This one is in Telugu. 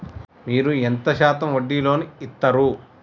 మీరు ఎంత శాతం వడ్డీ లోన్ ఇత్తరు?